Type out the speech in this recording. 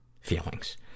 feelings